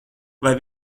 vai